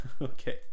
Okay